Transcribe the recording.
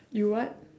you what